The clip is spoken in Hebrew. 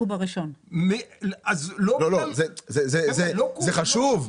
זה חשוב.